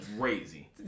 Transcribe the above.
crazy